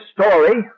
story